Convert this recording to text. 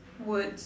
words